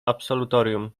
absolutorium